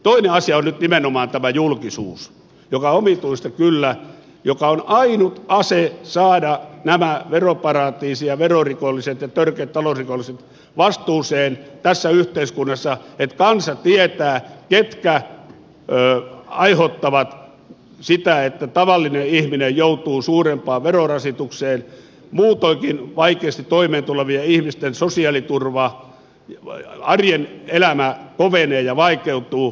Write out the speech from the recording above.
toinen asia on nyt nimenomaan tämä julkisuus joka omituista kyllä on ainut ase saada nämä veroparatiisi ja verorikolliset ja törkeät talousrikolliset vastuuseen tässä yhteiskunnassa niin että kansa tietää ketkä aiheuttavat sitä että tavallinen ihminen joutuu suurempaan verorasitukseen muutoinkin vaikeasti toimeentulevien ihmisten sosiaaliturva arjen elämä kovenee ja vaikeutuu